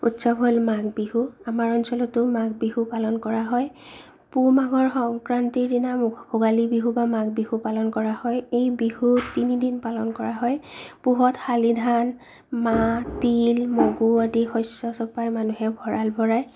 উৎসৱ হ'ব মাঘ বিহু আমাৰ অঞ্চলতো মাঘ বিহু আমাৰ অঞ্চলতো মাঘ বিহু পালন কৰা হয় পুহ মাহৰ সংক্ৰান্তিৰ দিনা মাঘ ভোগালী বিহু মাঘ বিহু পালন কৰা হয় এই বিহু তিনি দিন পালন কৰা হয় পুহৰ হালি ধান মাহ তিল মগু আদি শস্য চপায় মানুহে ভঁৰাল ভৰায়